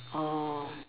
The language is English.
oh